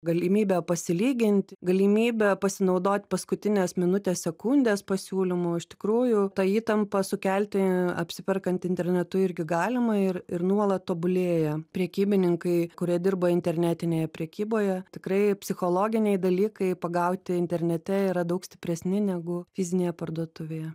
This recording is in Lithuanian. galimybę pasilyginti galimybę pasinaudoti paskutinės minutės sekundės pasiūlymu iš tikrųjų tą įtampą sukelti apsiperkant internetu irgi galima ir ir nuolat tobulėja prekybininkai kurie dirba internetinėje prekyboje tikrai psichologiniai dalykai pagauti internete yra daug stipresni negu fizinėje parduotuvėje